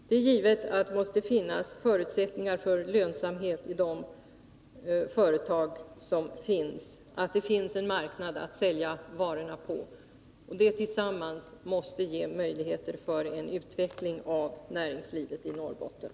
Det är givet att det måste finnas förutsättningar för lönsamhet för företagen och att det måste finnas marknad att sälja varor på för dessa företag. Detta tillsammans måste skapa möjligheter för en utveckling av näringslivet i Norrbotten.